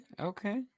okay